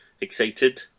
excited